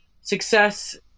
success